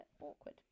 awkward